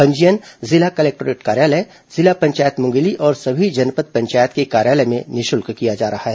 पंजीयन जिला कलेक्टोरेट कार्यालय जिला पंचायत मुंगेली और सभी जनपद पंचायत के कार्यालय में निःशुल्क किया जा रहा है